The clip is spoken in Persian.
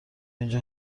اینجا